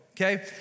okay